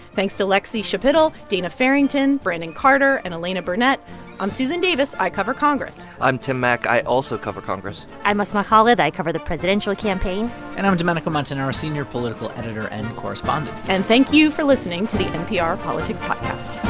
thanks to lexie schapitl, dana farrington, brandon carter and elena burnett i'm susan davis. i cover congress i'm tim mak. i also cover congress i'm asma khalid. i cover the presidential campaign and i'm domenico montanaro, senior political editor and correspondent and thank you for listening to the npr politics podcast